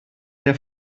der